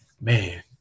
Man